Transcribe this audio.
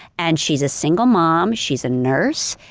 and she's a single mom, she's a nurse,